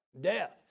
Death